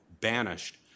banished